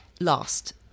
Last